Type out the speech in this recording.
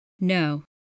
no